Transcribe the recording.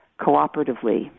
cooperatively